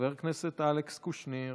חבר הכנסת אלכס קושניר